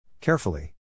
Carefully